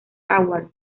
award